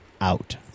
out